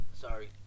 Sorry